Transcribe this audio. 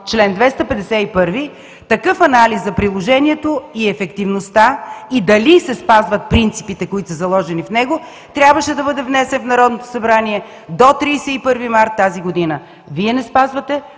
чл. 251 такъв анализ за приложението и ефективността и дали се спазват принципите, които са заложени в него, трябваше да бъде внесен в Народното събрание до 31 март тази година. Вие не спазвате